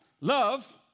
Love